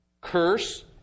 curse